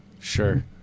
sure